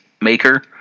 maker